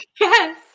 yes